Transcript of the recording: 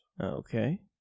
Okay